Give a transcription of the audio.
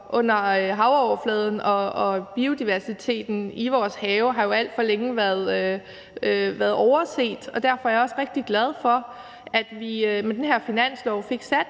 under havoverfladen og biodiversiteten i vores have jo alt for længe har været overset, og derfor er jeg også rigtig glad for, at vi med den her finanslov fik sat